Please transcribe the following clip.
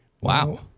Wow